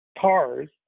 cars